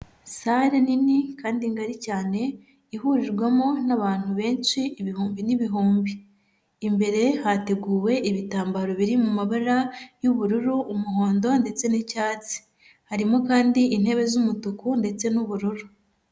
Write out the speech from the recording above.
Sale nini kandi ngari cyane ihurirwamo n'abantu benshi ibihumbi n'ibihumbi, imbere hateguwe ibitambaro biri mu mabara y'ubururu, umuhondo ndetse n'icyatsi, harimo kandi intebe z'umutuku ndetse n'ubururu.